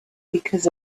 because